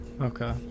Okay